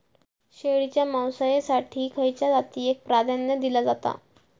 शेळीच्या मांसाएसाठी खयच्या जातीएक प्राधान्य दिला जाता?